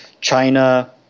China